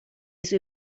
sue